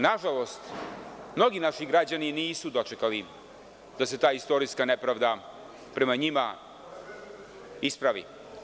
Nažalost, mnogi naši građani nisu dočekali da se ta istorijska nepravda prema njima ispravi.